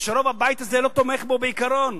ושרוב הבית הזה לא תומך בו בעיקרון.